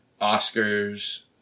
Oscars